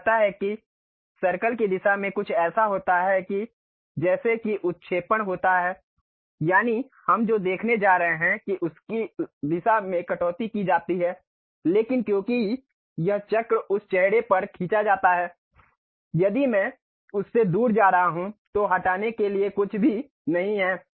यह कहता है कि सर्कल की दिशा में कुछ ऐसा होता है जैसे कि उत्क्षेपण होता है यानी हम जो देखने जा रहे हैं उसकी दिशा में कटौती की जाती है लेकिन क्योंकि यह चक्र उस चेहरे पर खींचा जाता है यदि मैं उससे दूर जा रहा हूं तो हटाने के लिए कुछ भी नहीं है